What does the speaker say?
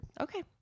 Okay